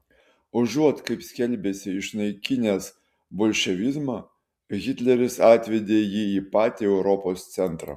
užuot kaip skelbėsi išnaikinęs bolševizmą hitleris atvedė jį į patį europos centrą